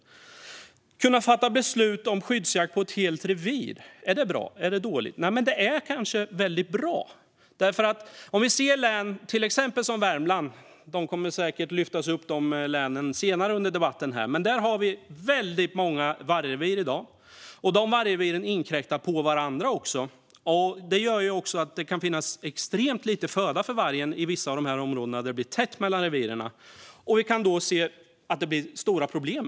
Att kunna fatta beslut om skyddsjakt på ett helt revir, är det bra eller dåligt? Det är kanske väldigt bra. I län som Värmland - dessa län kommer säkert att lyftas fram senare under debatten - har vi väldigt många vargrevir i dag. De vargreviren inkräktar också på varandra. Det gör att det kan finnas extremt lite föda för vargen i vissa områden där det blir tätt mellan reviren. Vi kan då se att det blir stora problem.